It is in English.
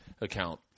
account